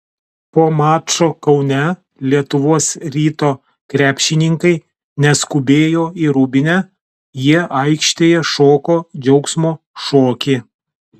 po mačo kaune lietuvos ryto krepšininkai neskubėjo į rūbinę jie aikštėje šoko džiaugsmo šokį